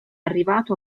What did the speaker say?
arrivato